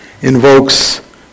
invokes